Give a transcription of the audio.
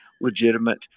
legitimate